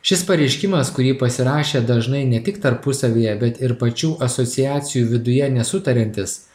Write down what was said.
šis pareiškimas kurį pasirašė dažnai ne tik tarpusavyje bet ir pačių asociacijų viduje nesutariantys